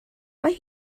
mae